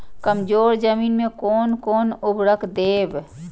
कमजोर जमीन में कोन कोन उर्वरक देब?